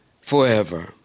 forever